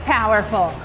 Powerful